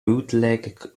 bootleg